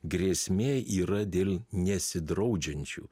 grėsmė yra dėl nesidraudžiančių